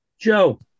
Joe